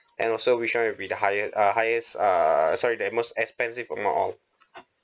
and also which one will be the highest uh highest uh sorry the most expensive among all